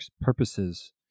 purposes